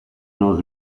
non